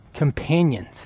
companions